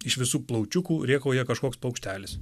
iš visų plaučiukų rėkauja kažkoks paukštelis